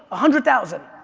a hundred thousand.